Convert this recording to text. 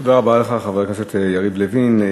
תודה רבה לך, חבר הכנסת יריב לוין.